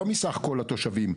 לא מסך כל התושבים.